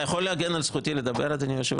אתה יכול להגן על זכותי לדבר, אדוני היושב-ראש?